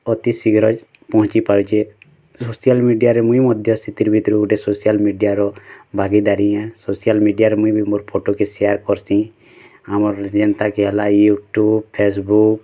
ଅତି ଶୀଘ୍ର ପହଞ୍ଚି ପାରୁଛେ ସୋସିଆଲ୍ ମିଡ଼ିଆରେ ମୁଇଁ ମଧ୍ୟ ସେଥିରୁ ସୋସିଆଲ୍ ମିଡ଼ିଆର ଭାଗିଦାରୀ ହେ ସୋସିଆଲ୍ ମିଡ଼ିଆରେ ମୁଇଁ ବି ମୋର୍ ଫଟୋ କେ ସେୟାର୍ କରସି ଆମର୍ ଯେନ୍ତା କେ ହେଲା ୟୁଟ୍ୟୁବ୍ ଫେସବୁକ୍